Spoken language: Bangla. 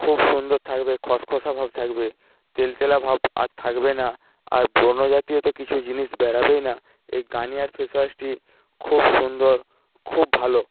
খুব সুন্দর থাকবে খশখশাভাব থাকবে তেলতেলাভাব আর থাকবে না আর ব্রণজাতীয় তো কিছু জিনিস বেরোবেই না এই গার্নিয়ার ফেসওয়াশটি খুব সুন্দর খুব ভালো